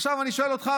עכשיו אני שואל אותך,